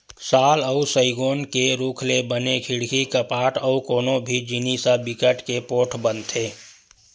साल अउ सउगौन के रूख ले बने खिड़की, कपाट अउ कोनो भी जिनिस ह बिकट के पोठ बनथे